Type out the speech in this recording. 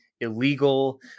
illegal